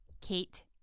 Kate